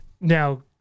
now